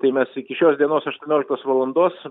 tai mes iki šios dienos aštuonioliktos valandos